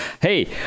Hey